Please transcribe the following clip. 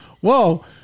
Whoa